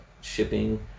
shipping